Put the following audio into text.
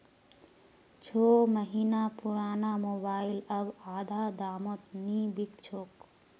छो महीना पुराना मोबाइल अब आधा दामत नी बिक छोक